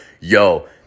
yo